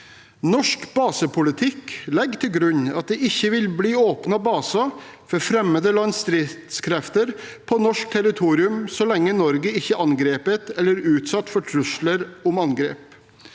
Norsk basepolitikk legger til grunn at det ikke vil bli åpnet baser for fremmede lands stridskrefter på norsk territorium så lenge Norge ikke er angrepet eller utsatt for trusler om angrep.